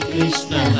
Krishna